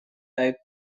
type